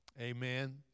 Amen